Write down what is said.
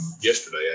yesterday